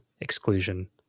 exclusion